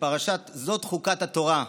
בפרשה "זאת חוקת התורה",